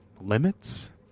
limits